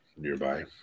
nearby